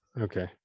okay